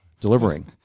delivering